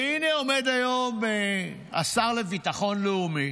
והינה, עומד היום השר לביטחון לאומי